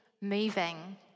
moving